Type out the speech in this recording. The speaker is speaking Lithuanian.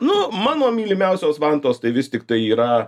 nu mano mylimiausios vantos tai vis tiktai yra